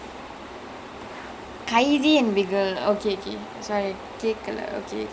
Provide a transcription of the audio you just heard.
கைதி:kaithi and பிகில்:bigil were competing for diwali ya not master